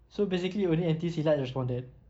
so basically only N_T_U silat responded